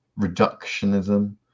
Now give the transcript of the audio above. reductionism